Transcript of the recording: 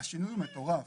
השינוי הוא מטורף.